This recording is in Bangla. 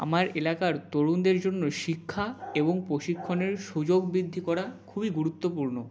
আমার এলাকার তরুণদের জন্য শিক্ষা এবং প্রশিক্ষণের সুযোগ বৃদ্ধি করা খুবই গুরুত্বপূর্ণ